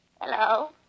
Hello